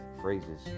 phrases